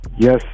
Yes